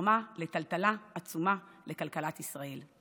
וגרמה לטלטלה עצומה לכלכלת ישראל.